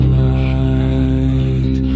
light